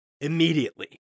immediately